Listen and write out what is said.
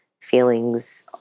feelings